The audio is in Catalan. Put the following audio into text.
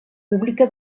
pública